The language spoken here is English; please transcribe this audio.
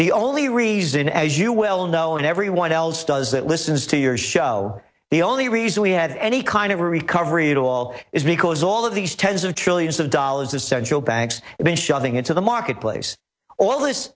the only reason as you well know and everyone else does that listens to your show the only reason we have any kind of recovery at all is because all of these tens of trillions of dollars of central banks been shoving into the marketplace all this